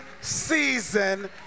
season